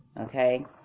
Okay